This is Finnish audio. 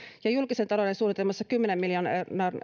ja julkisen talouden suunnitelmassa kymmenen miljoonan